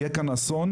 יהיה כאן אסון,